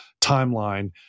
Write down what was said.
timeline